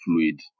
fluid